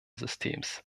systems